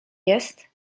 jest